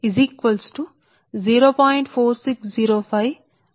అది 0